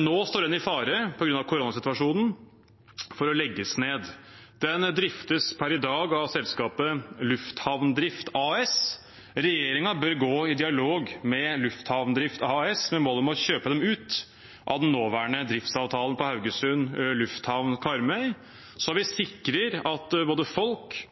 Nå står den i fare for å legges ned på grunn av koronasituasjonen. Den driftes per i dag av selskapet Lufthavndrift AS. Regjeringen bør gå i dialog med Lufthavndrift AS med mål om å kjøpe dem ut av den nåværende driftsavtalen på Haugesund lufthavn, Karmøy, så vi sikrer at både folk